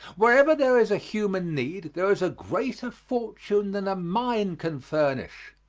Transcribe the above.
wherever there is a human need there is a greater fortune than a mine can furnish.